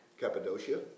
Cappadocia